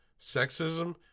sexism